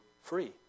free